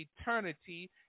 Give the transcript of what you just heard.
eternity